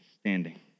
standing